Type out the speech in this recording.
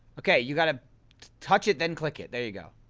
okay, you gotta touch it, then click it there you go